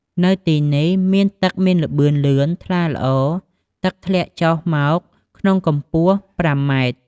នៅទីនេះមានទឹកមានល្បឿនលឿន ថ្លាល្អ និងធ្លាក់ចុះមកក្នុងកំពស់ប្រាំម៉ែត្រ។